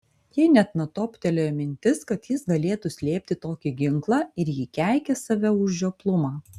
jai net netoptelėjo mintis kad jis galėtų slėpti tokį ginklą ir ji keikė save už žioplumą